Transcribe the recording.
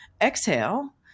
exhale